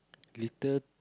listed